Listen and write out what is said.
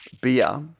beer